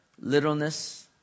littleness